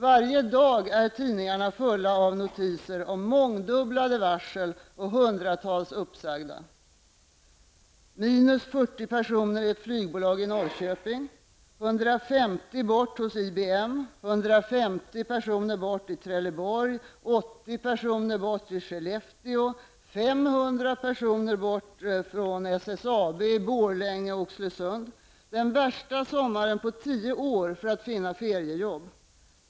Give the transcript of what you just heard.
Varje dag är tidningarna fulla av notiser om mångdubblade varsel och hundratals uppsagda. Oxelösund. Den värsta sommaren på tio år för att finna feriejobb.